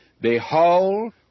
Behold